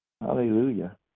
hallelujah